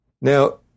Now